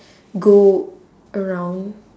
go around